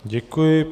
Děkuji.